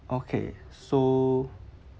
okay so